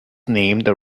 named